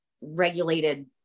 regulated